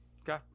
okay